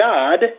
God